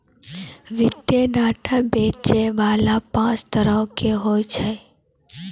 वित्तीय डेटा बेचै बाला पांच तरहो के होय छै